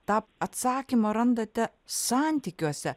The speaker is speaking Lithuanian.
tą atsakymą randate santykiuose